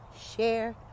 share